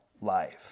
life